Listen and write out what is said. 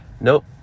nope